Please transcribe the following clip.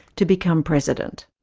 to become president.